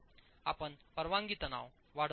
आपण परवानगी तणाव वाढवण्यास परवानगी देऊ शकता